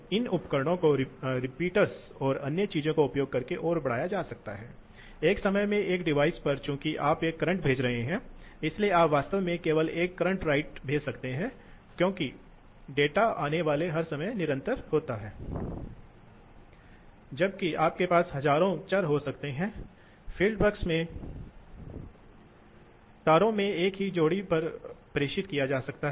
इसी तरह यह रहता है यह 40 और 45 के बीच रहता है इसलिए यह है कि आप 11 बिंदु जानते हैं इस समय का प्रतिशत इसलिए 1 2 3 4 5 इसलिए लेकिन 50 से अधिक समय यह इस प्रवाह सीमा के भीतर रहता है और इसी तरह यह 1 समय के लिए 25 से 30 और 4 से अधिक समय के लिए 30 से 35 तक रहता है